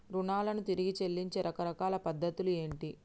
రుణాలను తిరిగి చెల్లించే రకరకాల పద్ధతులు ఏంటి?